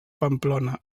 pamplona